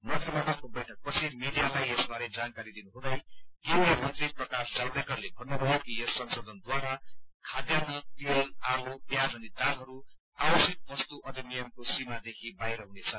मन्त्रीमण्डलको बैठक पछि मीडियालाई यसबारे जानकारी दिनुहुँदै केन्द्रीय मन्त्री प्रकाश जावड़ेकरले भन्नुभयो कि यस संशोधनद्वारा खाद्यान्र तिल आलु प्याज अनि दालहरू आवश्यक वस्तु अधिनियमको सीमादेखि बाहिर हुनेछ